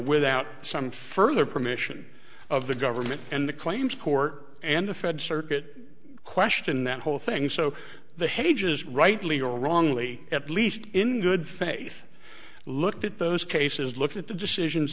without some further permission of the government and the claims court and the fed circuit question that whole thing so the hague has rightly or wrongly at least in good faith looked at those cases looked at the decisions